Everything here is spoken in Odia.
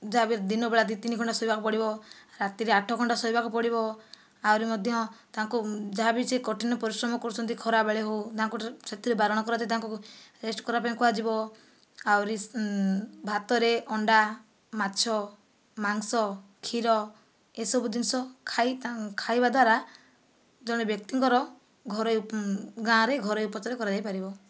ଯାହାବି ହେଲେ ଦିନ ବେଳା ଦୁଇ ତିନି ଘଣ୍ଟା ଶୋଇବାକୁ ପଡ଼ିବ ରାତିରେ ଆଠ ଘଣ୍ଟା ଶୋଇବାକୁ ପଡ଼ିବ ଆହୁରି ମଧ୍ୟ ତାଙ୍କୁ ଯାହାବି ସେ କଠିନ ପରିଶ୍ରମ କରୁଛନ୍ତି ଖରା ବେଳେ ହେଉ ତାଙ୍କୁ ସେଥିରେ ବାରଣ କରାଯାଉ ତାଙ୍କୁ ରେଷ୍ଟ କରିବାକୁ କୁହାଯିବ ଆହୁରି ଭାତରେ ଅଣ୍ଡା ମାଛ ମାଂସ କ୍ଷୀର ଏସବୁ ଜିନିଷ ଖାଇବା ଦ୍ୱାରା ଜଣେ ବ୍ୟକ୍ତିଙ୍କର ଘରୋଇ ଗାଁରେ ଘରୋଇ ଉପଚାର କରାଯାଇ ପାରିବ